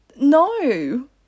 no